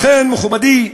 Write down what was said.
לכן, מכובדי,